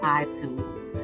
iTunes